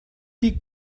dir